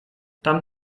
tam